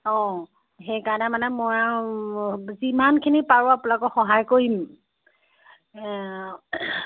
অঁ সেইকাৰণে মানে মই আৰু যিমানখিনি পাৰোঁ আৰু আপোনালোকক সহায় কৰিম